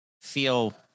feel